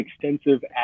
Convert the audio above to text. extensive